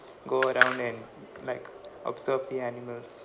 go around and like observe the animals